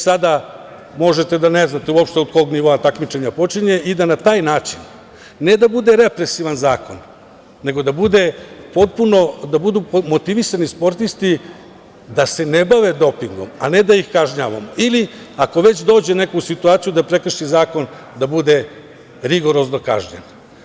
Sada možete da ne znate uopšte od kog nivoa takmičenje počinje i da na taj način ne da bude represivan zakon, nego da budu motivisani sportisti da se ne bave dopingom, a ne da ih kažnjavamo, ili ako već neko dođe u situaciju da prekrši zakon, da bude rigorozno kažnjen.